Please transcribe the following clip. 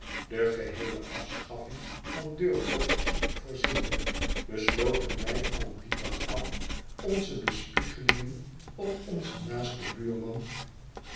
de geheele afschafling van deurkloppers i voorziende besloten wij van dien dag af onze j bespiegelingen op onzen naasten buurman